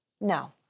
No